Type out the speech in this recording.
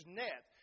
net